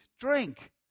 drink